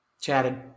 Chatted